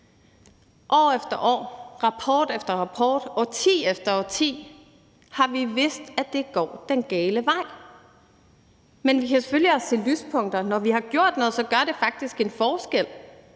År efter år, ud fra rapport efter rapport, årti efter årti har vi vidst, at det går den gale vej. Men vi har selvfølgelig også set lyspunkter – når vi har gjort noget, har det faktisk gjort en forskel,